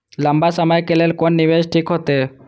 लंबा समय के लेल कोन निवेश ठीक होते?